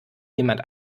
jemand